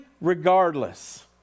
regardless